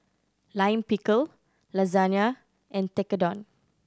Lime Pickle Lasagna and Tekkadon